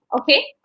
okay